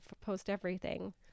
post-everything